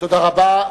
תודה רבה.